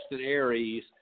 Aries